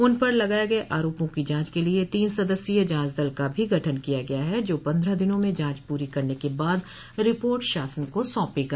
उन पर लगाये गये आरोपों की जांच के लिए तीन सदस्यीय जांच दल का भी गठन किया गया है जो पन्द्रह दिनों में जांच पूरी करने के बाद रिपोर्ट शासन को सौंपेगा